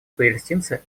палестинцы